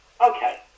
Okay